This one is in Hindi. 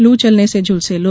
लू चलने से झुलसे लोग